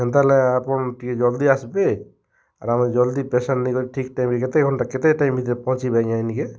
ହେନ୍ତା ହେଲେ ଆପଣ୍ ଟିକେ ଜଲ୍ଦି ଆସ୍ବେ ଆର୍ ଆମେ ଜଲ୍ଦି ପେସେଣ୍ଟ୍ ନେଇକରି ଠିକ୍ ଟାଇମ୍ ରେ କେତେ ଘଣ୍ଟା କେତେ ଟାଇମ୍ ଭିତ୍ରେ ପହଁଞ୍ଚିବେ ଆଜ୍ଞା ଇନ୍କେ